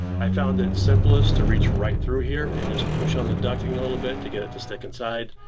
i found that it's simplest to reach right through here and just push on the ducting a little bit to get it to stick inside.